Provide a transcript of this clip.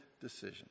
decision